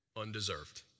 Undeserved